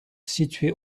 situé